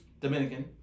Dominican